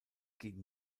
gegen